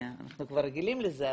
אנחנו כבר רגילים לזה,